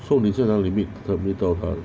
so 你现在要 limit meet 到她 lah